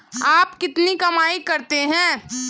आप कितनी कमाई करते हैं?